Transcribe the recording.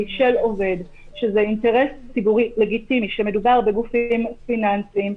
של עובד שזה אינטרס לגיטימי כשמדובר בגופים פיננסיים,